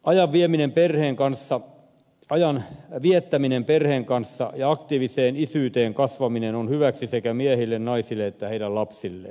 ajan viettäminen perheen kanssa ja aktiiviseen isyyteen kasvaminen on hyväksi sekä miehille naisille että heidän lapsilleen